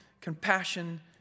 compassion